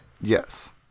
Yes